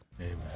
Amen